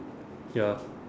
ya